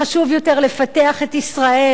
חשוב יותר לפתח את ישראל.